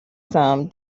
some